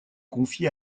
confié